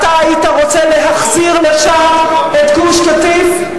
אתה היית רוצה להחזיר לשם את גוש-קטיף?